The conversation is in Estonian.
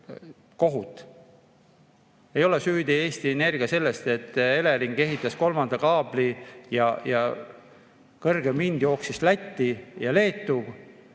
Ei ole süüdi Eesti Energia selles, et Elering ehitas kolmanda kaabli ja kõrgem hind jooksis Lätti ja Leetu